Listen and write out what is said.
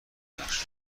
ببخشد